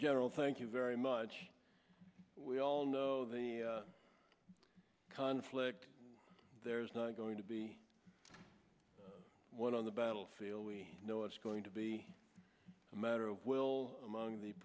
general thank you very much we all know the conflict there's not going to be one on the battlefield we know it's going to be a matter of will among the